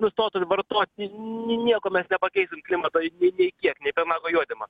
nustotume vartoti ni nieko mes nepakeisim klimato į nei nei kiek nei apie nago juodymą